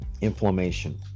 inflammation